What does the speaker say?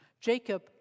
Jacob